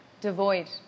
devoid